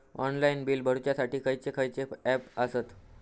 Online bill भरुच्यासाठी खयचे खयचे ऍप आसत?